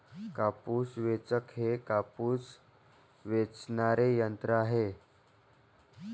कापूस वेचक हे एक कापूस वेचणारे यंत्र आहे